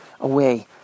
away